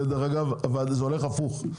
דרך אגב, זה הולך הפוך.